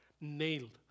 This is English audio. nailed